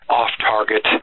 off-target